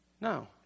No